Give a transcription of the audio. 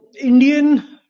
Indian